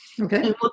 Okay